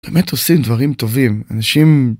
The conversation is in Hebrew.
באמת עושים דברים טובים. אנשים...